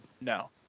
No